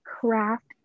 craft